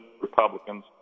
Republicans